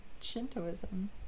Shintoism